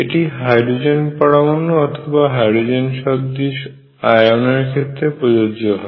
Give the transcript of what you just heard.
এটি হাইড্রোজেন পরমাণু অথবা হাইড্রোজেনের সদৃশ আয়ন এর ক্ষেত্রে প্রযোজ্য হয়